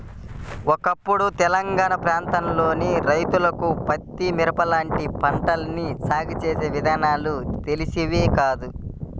ఒకప్పుడు తెలంగాణా ప్రాంతంలోని రైతన్నలకు పత్తి, మిరప లాంటి పంటల్ని సాగు చేసే విధానాలు తెలిసేవి కాదు